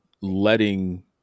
letting